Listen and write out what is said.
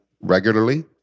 regularly